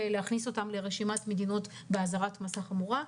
ולהכניס אותן לרשימת המדינות באזהרת מסע חמורה.